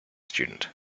student